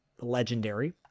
legendary